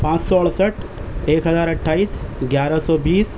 پانچ سو اڑسٹھ ایک ہزار اٹھائیس گیارہ سو بیس